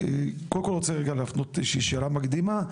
קודם כל רוצה להפנות איזו שהיא שאלה מקדימה: